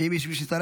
ואם מישהו יצטרף,